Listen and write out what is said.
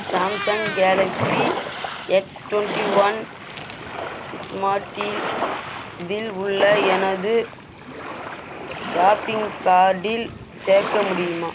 Samsung Galaxy X twenty one ஸ்மாட்டில் உள்ள எனது ஷாப்பிங் கார்ட்டில் சேர்க்க முடியுமா